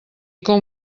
com